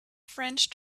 french